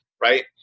right